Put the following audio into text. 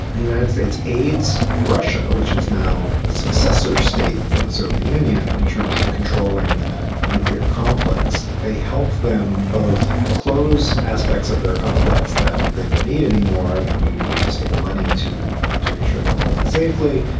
the united states aids russia, which is now the successor state from the soviet union in terms of controlling that nuclear complex, they help them both close aspects of their complex that they don't need any more and they would need, say, money to to make sure they close it safely.